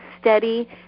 steady